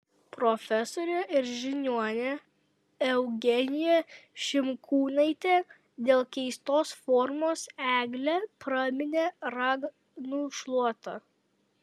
profesorė ir žiniuonė eugenija šimkūnaitė dėl keistos formos eglę praminė raganų šluota